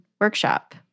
Workshop